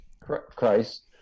christ